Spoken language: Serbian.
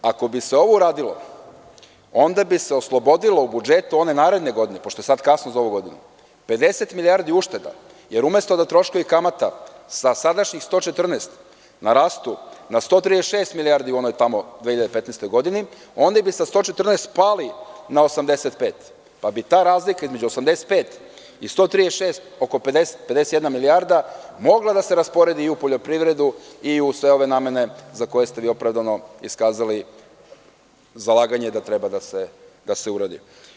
Ako bi se ovo uradilo, onda bi se oslobodilo u budžetu one naredne godine, pošto je sada kasno za ovu godinu, 50 milijardi ušteda, jer umesto da troškovi kamata sa sadašnjih 114 narastu na 136 milijardi u onoj tamo 2015. godini, oni bi sa 114 pali na 85, pa bi ta razlika između 85 i 136, oko 51 milijarda, mogla da se rasporedi i u poljoprivredu i u sve ove namene za koje ste vi opravdano iskazali zalaganje da treba da se urede.